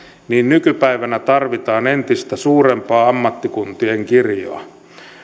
niin nykypäivänä tarvitaan entistä suurempaa ammattikuntien kirjoa